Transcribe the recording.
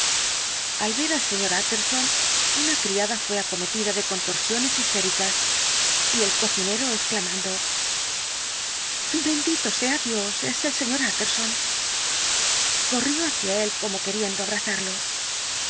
al ver al sr utterson una criada fué acometida de contorsiones histéricas y el cocinero exclamando bendito sea dios es el sr utterson corrió hacia él como queriendo abrazarlo